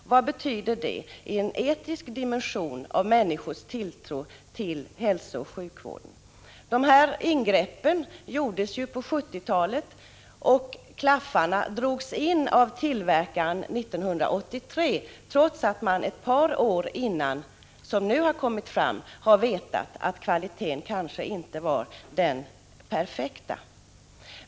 Denna fråga har en etisk dimension och har betydelse för människors tilltro till hälsooch sjukvården. Ingreppen gjordes på 1970-talet, och klaffarna drogs inte in av tillverkaren förrän 1983, trots att man ett par år dessförinnan — enligt vad som nu har kommit fram — visste att kvaliteten inte var den perfekta.